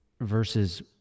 versus